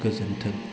गोजोन्थों